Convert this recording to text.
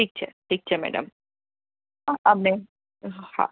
ઠીક છે ઠીક છે મેડમ અમે હા